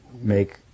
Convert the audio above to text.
make